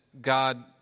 God